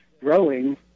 growing